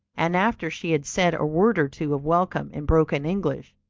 and after she had said a word or two of welcome in broken english,